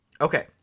Okay